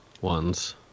ones